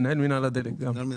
מנהל מינהל הדלק,